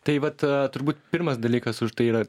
tai vat turbūt pirmas dalykas už tai yra